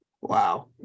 Wow